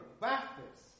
Baptists